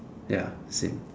ya same